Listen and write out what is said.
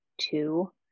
two